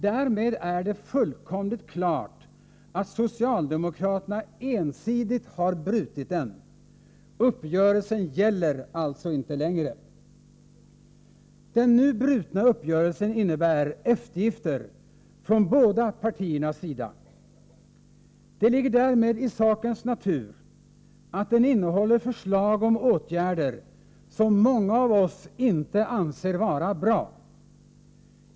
Därmed är det fullkomligt klart att socialdemokraterna ensidigt har brutit den. Uppgörelsen gäller alltså inte längre. Den nu brutna uppgörelsen innebär eftergifter från båda partiernas sida. Det ligger därmed i sakens natur att den innehåller förslag till åtgärder som många av oss inte anser vara bra.